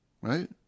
Right